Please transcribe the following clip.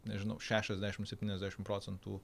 nežinau šešiasdešimt septyniasdešimt procentų